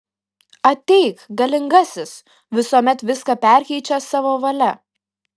ateik galingasis visuomet viską perkeičiąs savo valia